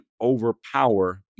overpower